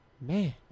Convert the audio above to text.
Man